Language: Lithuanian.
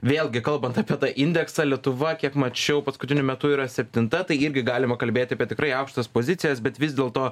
vėlgi kalbant apie tą indeksą lietuva kiek mačiau paskutiniu metu yra septinta tai irgi galima kalbėti apie tikrai aukštas pozicijas bet vis dėlto